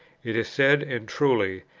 it is said, and truly,